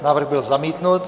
Návrh byl zamítnut.